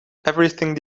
everything